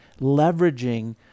leveraging